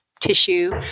tissue